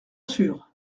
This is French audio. sûr